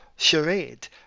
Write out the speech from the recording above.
charade